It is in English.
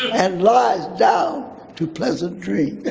and lies down to pleasant dreams.